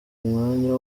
umwanya